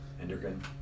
endocrine